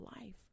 life